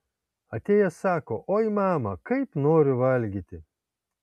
atėjęs sako oi mama kaip noriu valgyti